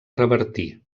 revertir